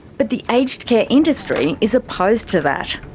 but the aged care industry is opposed to that.